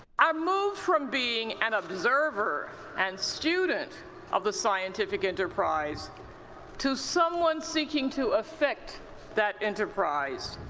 i moved from being an observer and student of the scientific enterprise to someone seeking to affect that enterprise.